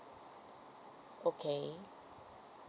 okay